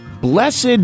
Blessed